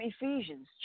Ephesians